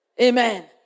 Amen